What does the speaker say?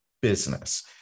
business